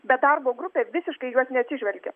bet darbo grupė visiškai į juos neatsižvelgė